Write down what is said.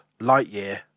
Lightyear